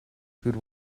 good